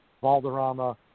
Valderrama